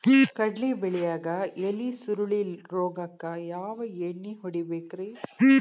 ಕಡ್ಲಿ ಬೆಳಿಯಾಗ ಎಲಿ ಸುರುಳಿ ರೋಗಕ್ಕ ಯಾವ ಎಣ್ಣಿ ಹೊಡಿಬೇಕ್ರೇ?